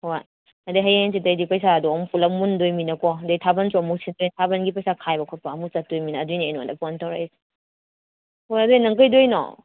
ꯍꯣꯏ ꯑꯗ ꯍꯌꯦꯡ ꯍꯪꯆꯤꯠꯇꯩꯗꯤ ꯄꯩꯁꯥꯗꯣ ꯑꯃꯨꯛ ꯄꯨꯜꯂꯞ ꯃꯨꯟꯗꯣꯏꯃꯤꯅꯀꯣ ꯑꯗꯩ ꯊꯥꯕꯜꯁꯨ ꯑꯃꯨꯛ ꯁꯤꯟꯗꯣꯏꯅꯤ ꯊꯥꯕꯜꯒꯤ ꯄꯩꯁꯥ ꯈꯥꯏꯕ ꯈꯣꯠꯄ ꯑꯃꯨꯛ ꯆꯠꯇꯣꯏꯃꯤꯅ ꯑꯗꯨꯒꯤꯅꯤ ꯑꯩ ꯅꯉꯣꯟꯗ ꯐꯣꯟ ꯇꯧꯔꯛꯏꯁꯦ ꯍꯣꯏ ꯑꯗꯣ ꯅꯪ ꯀꯩꯗꯧꯔꯤꯅꯣ